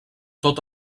tot